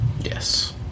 Yes